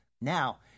Now